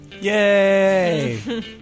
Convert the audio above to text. Yay